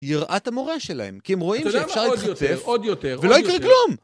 ירעת המורה שלהם, כי הם רואים שאפשר להתרצף ולא יקרה כלום.